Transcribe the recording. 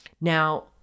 Now